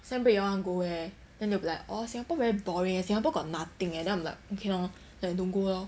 sem break you all want to go where then they'll be like oh singapore very boring eh singapore got nothing eh then I'm like okay lor then don't go lor